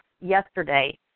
yesterday